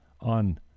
on